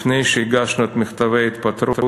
לפני שהגשנו את מכתבי ההתפטרות,